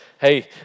Hey